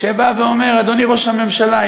שאומר: אדוני ראש הממשלה,